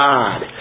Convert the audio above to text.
God